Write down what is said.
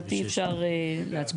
מבחינתי אפשר להצביע.